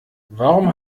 warum